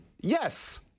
Yes